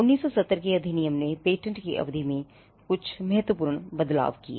1970 के अधिनियम ने पेटेंट की अवधि में कुछ महत्वपूर्ण बदलाव किए